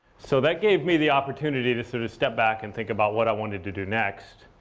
so that gave me the opportunity to sort of step back and think about what i wanted to do next.